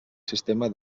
sistema